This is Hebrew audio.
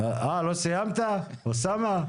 לא סיימת, אוסאמה?